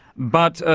but,